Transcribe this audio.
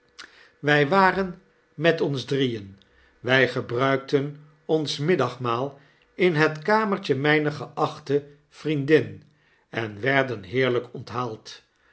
wij waren met ons drieen wij gebruikten ons middagmaal in het kamertje mijner geachte vriendin en werden heerlijk onthaald